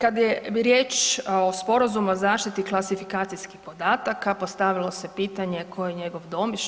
Kad je riječ o sporazumu o zaštiti klasifikacijskih podataka, postavilo se pitanje koji je njegov